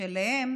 שאליהם